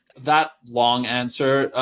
that long answer,